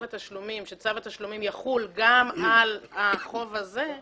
התשלומים כך שצו התשלומים יחול גם על החוב הזה,